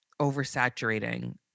oversaturating